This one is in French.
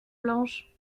blanche